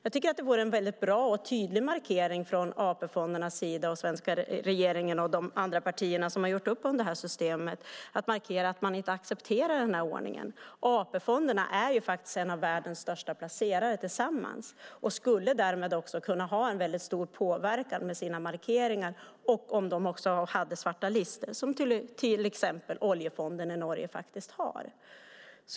Jag tycker att det vore en väldigt bra och tydlig markering från AP-fondernas sida, från den svenska regeringen och de andra partierna som har gjort upp om det här systemet att säga att man inte accepterar den här ordningen. AP-fonderna är tillsammans faktiskt en av världens största placerare och skulle därmed kunna ha en väldigt stor påverkan med sina markeringar om de också hade svarta listor, som till exempel Oljefonden i Norge faktiskt har.